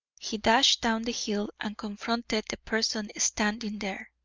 he dashed down the hill and confronted the person standing there.